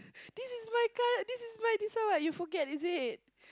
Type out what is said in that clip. this is white card this is white that's why you forget is it